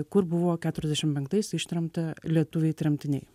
kur buvo keturiasdešimt penktais ištremta lietuviai tremtiniai